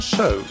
Show